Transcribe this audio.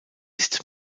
ist